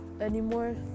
anymore